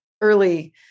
early